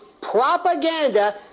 propaganda